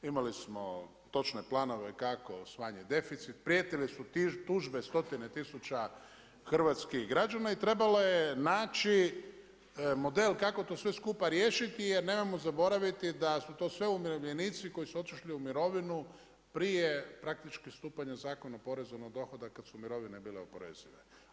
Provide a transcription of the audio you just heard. Imali smo točne planove kako smanjiti deficit, prijetili su tužbe, stotine tisuća hrvatskih građana i trebalo je naći model kako to sve skupa riješiti jer nemojmo zaboraviti da su to sve umirovljenici koji su otišli u mirovinu prije praktički stupanja Zakona o porezu na dohodak kad su mirovine bile oporezive.